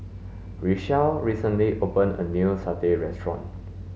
Richelle recently opened a new satay restaurant